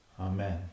Amen